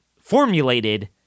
formulated